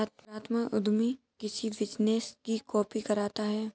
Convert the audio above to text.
गुणात्मक उद्यमी किसी बिजनेस की कॉपी करता है